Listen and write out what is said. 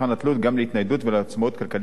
גם להתניידות ולעצמאות כלכלית של האדם,